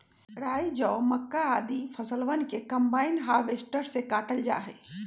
राई, जौ, मक्का, आदि फसलवन के कम्बाइन हार्वेसटर से काटल जा हई